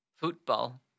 Football